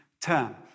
term